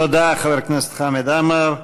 תודה, חבר הכנסת חמד עמאר.